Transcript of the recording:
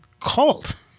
cult